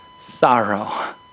sorrow